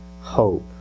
hope